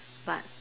but